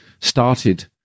Started